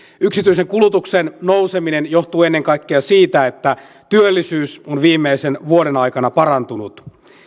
yksityisen kulutuksen nouseminen johtuu ennen kaikkea siitä että työllisyys on viimeisen vuoden aikana parantunut